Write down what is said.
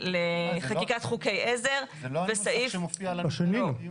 לחקיקת חוקי עזר -- זה לא הנוסח שמופיע לנו לדיון.